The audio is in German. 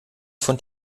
von